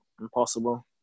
impossible